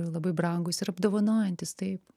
ir labai brangūs ir apdovanojantys taip